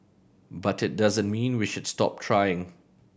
but it doesn't mean we should stop trying